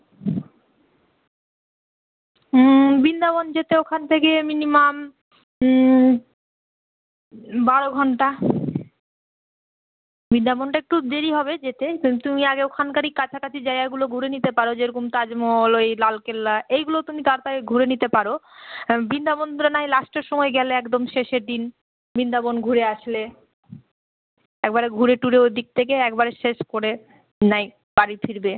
হুম বৃন্দাবন যেতে ওখান থেকে মিনিমাম বারো ঘন্টা বৃন্দাবনটা একটু দেরি হবে যেতে তো তুমি আগে ওখানকারই কাছাকাছি জায়গাগুলো ঘুরে নিতে পারো যেরকম তাজমহল ওই লাল কেল্লা এইগুলো তুমি তাড়াতাড়ি ঘুরে নিতে পারো বৃন্দাবন নাহয় লাস্টের সময় গেলে একদম শেষের দিন বৃন্দাবন ঘুরে আসলে একবারে ঘুরে টুরে ওদিক থেকে একবারে শেষ করে নাই বাড়ি ফিরবে